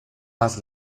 más